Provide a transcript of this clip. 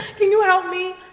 can you help me?